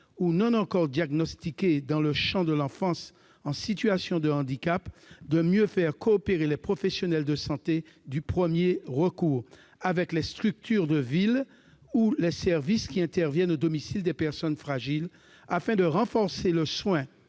ou non encore diagnostiquées dans le champ de l'enfance en situation de handicap, de mieux faire coopérer les professionnels de santé du premier recours avec les structures de ville ou les services intervenant au domicile de ces personnes, afin de renforcer le soin